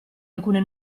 alcune